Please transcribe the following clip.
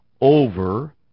over